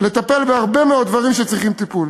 לטפל בהרבה מאוד דברים שצריכים טיפול.